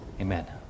Amen